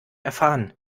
erfahren